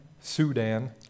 Sudan